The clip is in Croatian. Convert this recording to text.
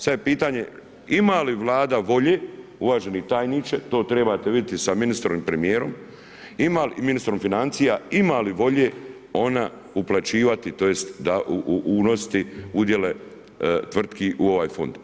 Sada je pitanje ima li Vlada volje uvaženi tajniče, to trebate vidjeti sa ministrom i premijerom i ministrom financija ima li volje ona uplaćivati tj. unositi udjele tvrtki u ovaj fond.